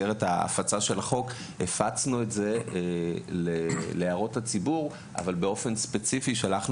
הפצנו להערות הציבור ובאופן ספציפי הודענו